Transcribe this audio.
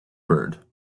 bird